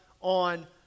on